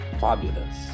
fabulous